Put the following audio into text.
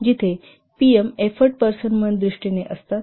जिथे PM effort person month दृष्टीने असतात